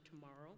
tomorrow